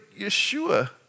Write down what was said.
Yeshua